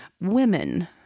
women